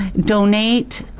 donate